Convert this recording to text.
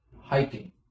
hiking